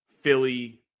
Philly